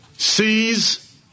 sees